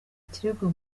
ikirego